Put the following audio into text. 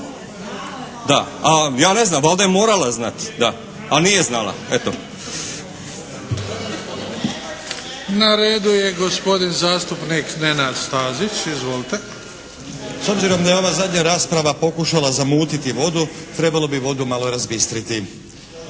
Da, a ja ne znam valja je morala znati. A nije znala. Eto. **Bebić, Luka (HDZ)** Na redu je gospodin zastupnik Nenad Stazić. Izvolite. **Stazić, Nenad (SDP)** S obzirom da je ova zadnja rasprava pokušala zamutiti vodu trebalo bi vodu malo razbistriti.